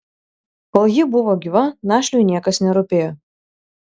kol ji buvo gyva našliui niekas nerūpėjo